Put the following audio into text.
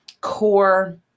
core